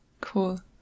Cool